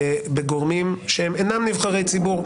בגורמים שהם אינם נבחרי ציבור,